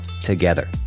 together